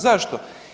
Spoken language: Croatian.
Zašto?